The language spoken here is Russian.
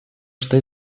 что